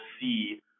see